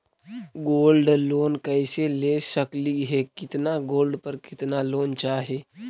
Gold loan कैसे ले सकली हे, कितना गोल्ड पर कितना लोन चाही?